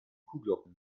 kuhglocken